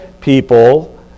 people